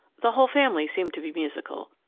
the whole family seemed to be musical.